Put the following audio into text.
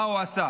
מה הוא עשה?